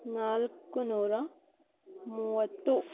ನಾಲ್ಕು ನೂರ ಮೂವತ್ತು